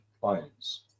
clients